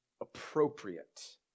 appropriate